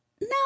No